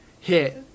hit